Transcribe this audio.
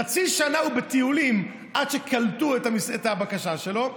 חצי שנה הוא בטיולים עד שקלטו את הבקשה שלו,